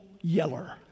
Yeller